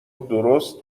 درست